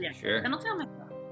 Sure